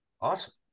awesome